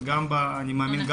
אני מאמין,